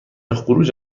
خروج